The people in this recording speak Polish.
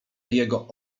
jego